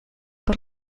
per